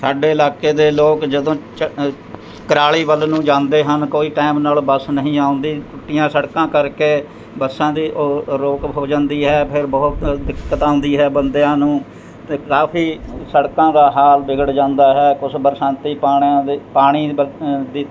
ਸਾਡੇ ਇਲਾਕੇ ਦੇ ਲੋਕ ਜਦੋਂ ਚੰ ਅ ਕਰਾਲੀ ਵੱਲ ਨੂੰ ਜਾਂਦੇ ਹਨ ਕੋਈ ਟੈਮ ਨਾਲ ਬੱਸ ਨਹੀਂ ਆਉਂਦੀ ਟੁੱਟੀਆਂ ਸੜਕਾਂ ਕਰਕੇ ਬੱਸਾਂ ਦੀ ਓ ਰੋਕ ਹੋ ਜਾਂਦੀ ਹੈ ਫਿਰ ਬਹੁਤ ਦਿੱਕਤ ਆਉਂਦੀ ਹੈ ਬੰਦਿਆਂ ਨੂੰ ਅਤੇ ਕਾਫੀ ਸੜਕਾਂ ਦਾ ਹਾਲ ਵਿਗੜ ਜਾਂਦਾ ਹੈ ਕੁਛ ਬਰਸਾਤੀ ਪਾਣੀਆਂ ਦੇ ਪਾਣੀ ਅ ਦੇ